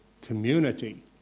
community